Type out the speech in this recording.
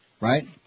Right